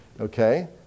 Okay